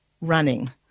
running